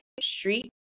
street